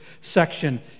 section